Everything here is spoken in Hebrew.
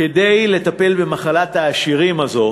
כדי לטפל במחלת העשירים הזאת